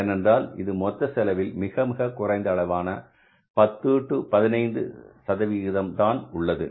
ஏனென்றால் இது மொத்த செலவில் மிக மிக குறைந்த அளவான 10 15 சதவிகிதம் தான் உள்ளது